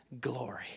glory